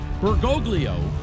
Bergoglio